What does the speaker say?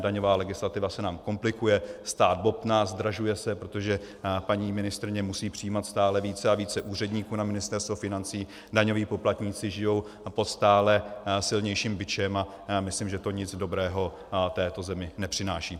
Daňová legislativa se nám komplikuje, stát bobtná, zdražuje se, protože paní ministryně musí přijímat stále více a více úředníků na Ministerstvo financí, daňoví poplatníci žijí pod stále silnějším bičem a já myslím, že to nic dobrého této zemi nepřináší.